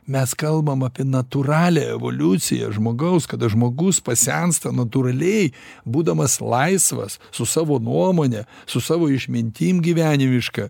mes kalbam apie natūralią evoliuciją žmogaus kada žmogus pasensta natūraliai būdamas laisvas su savo nuomone su savo išmintim gyvenimiška